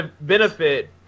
benefit